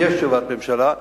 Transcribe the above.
יש תשובת ממשלה.